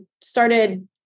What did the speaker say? started